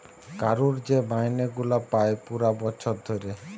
কারুর যে মাইনে গুলা পায় পুরা বছর ধরে